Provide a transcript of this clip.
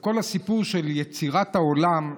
ואת כל הסיפור של יצירת העולם,